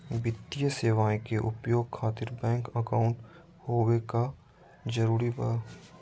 वित्तीय सेवाएं के उपयोग खातिर बैंक अकाउंट होबे का जरूरी बा?